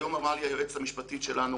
היום אמרה לי היועצת המשפטית שלנו